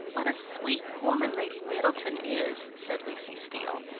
what a sweet woman lady middleton is! said lucy steele.